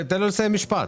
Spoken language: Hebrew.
תן לו לסיים משפט.